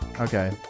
Okay